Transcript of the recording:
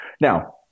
Now